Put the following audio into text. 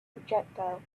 projectile